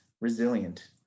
resilient